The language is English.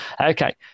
Okay